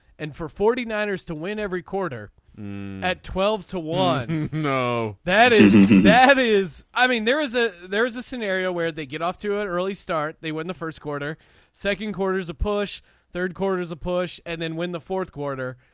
and for forty nine ers to win every quarter at twelve to one. no that that is i mean there is a there is a scenario where they get off to an early start. they win the first quarter second quarter is a push third quarters a push and then win the fourth quarter.